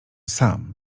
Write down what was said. sam